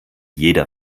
jeder